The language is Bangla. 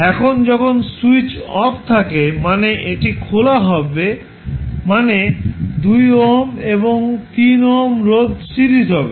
এখন যখন স্যুইচ অফ থাকে মানে এটি খোলা হবে মানে 2 ওহম এবং 3 ওহম রোধ সিরিজ হবে